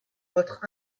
votre